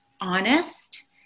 honest